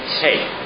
Hey